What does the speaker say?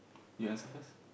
you answer first